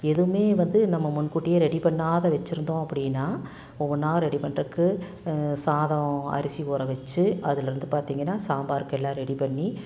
எதுவுமே வந்து நம்ம முன்கூட்டியே ரெடி பண்ணாத வச்சிருந்தோம் அப்படின்னா ஒவ்வொன்றா ரெடி பண்றதுக்கு சாதம் அரிசி ஊற வச்சு அதிலருந்து பார்த்திங்கன்னா சாம்பாருக்கெல்லாம் ரெடி பண்ணி